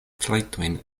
trajtojn